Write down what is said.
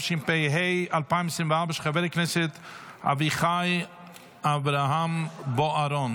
-- בוועדת הכנסת, לצורך הכנתה לקריאה ראשונה.